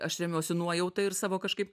aš remiuosi nuojauta ir savo kažkaip